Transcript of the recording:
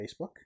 facebook